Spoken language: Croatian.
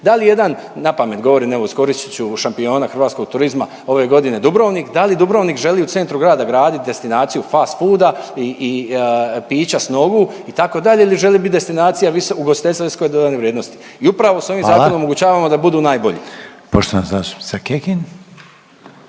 da li jedan, na pamet govorim, evo iskoristit ću šampiona hrvatskog turizma ove godine Dubronik, da li Dubrovnik želi u centru grada gradit destinaciju fast fooda i pića s nogu ili želi bit destinacija ugostiteljstva visoke dodane vrijednosti. I upravo sa ovim zakonom omogućavamo da budu …